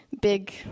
big